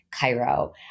Cairo